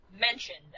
mentioned